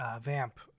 Vamp